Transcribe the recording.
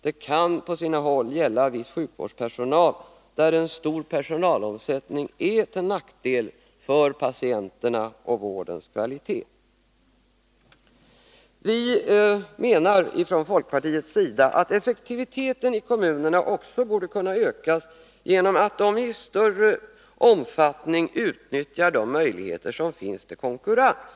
Det kan på sina håll gälla viss sjukvårdspersonal, där en stor personalomsättning är till nackdel för patienterna och vårdens kvalitet. Vi menar från folkpartiets sida att effektiviteten i kommunerna också borde kunna ökas genom att dessa i större omfattning utnyttjar de möjligheter som finns till konkurrens.